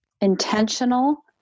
intentional